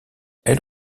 elle